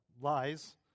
lies